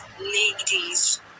ladies